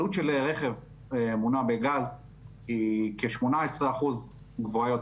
עלות רכישה של רכב מונע בגז היא כ-18% גבוהה יותר